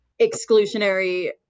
exclusionary